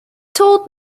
told